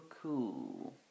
cool